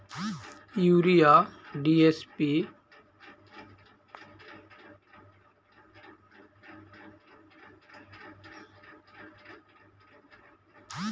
urea, DAP, zinc sulphate, potash इ सब रसायनिक पदार्थ के उपयोग खेत में सामान्यतः कईल जा हई